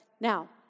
Now